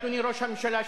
אדוני ראש הממשלה,